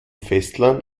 festland